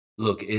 Look